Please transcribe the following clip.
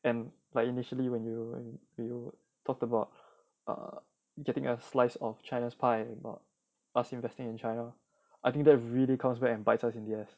and like initially when you when you talked about err getting a slice of china's pie about us investing in china I think that really comes back and bites us in the ass